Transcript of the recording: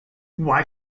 why